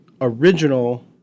original